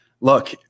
Look